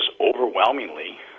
overwhelmingly